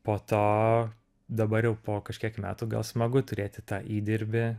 po to dabar jau po kažkiek metų gal smagu turėti tą įdirbį